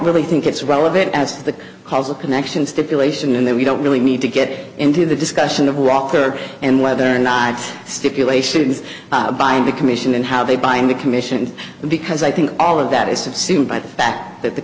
really think it's relevant as the cause of connection stipulation and then we don't really need to get into the discussion of iraq and whether or not stipulations by the commission and how they bind the commission because i think all of that is have sued by the fact that the